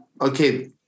okay